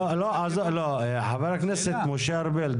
לא, חבר הכנסת משה ארבל.